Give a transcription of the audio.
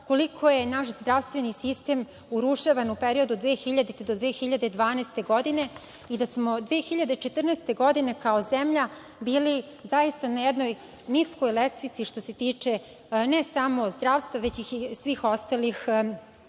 koliko je naš zdravstveni sistem urušavan u periodu od 2000. do 2012. godine i da smo 2014. godine, kao zemlja, bili zaista na jednoj niskoj lestvici, što se tiče ne samo zdravstva, već i svih ostalih